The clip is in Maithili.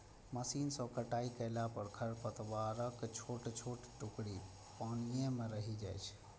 मशीन सं कटाइ कयला पर खरपतवारक छोट छोट टुकड़ी पानिये मे रहि जाइ छै